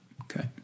Okay